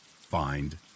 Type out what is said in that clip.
find